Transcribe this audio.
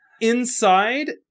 Inside